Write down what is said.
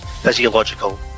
physiological